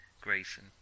Grayson